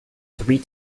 three